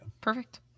Perfect